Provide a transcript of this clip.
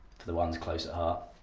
to the ones close ah